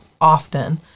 often